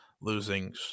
losing